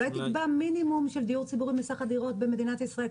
אולי תקבע מינימום של דיור ציבורי מסך הדירות במדינת ישראל,